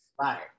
right